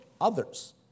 others